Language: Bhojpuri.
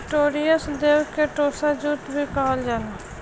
ओलीटोरियस देव के टोसा जूट भी कहल जाला